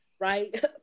Right